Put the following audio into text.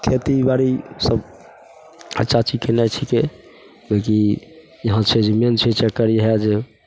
खेतीबाड़ी सब अच्छा कि केनाइ छिकै किएकि यहाँ छै जे मेन छै चक्कर इएह जे